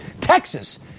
Texas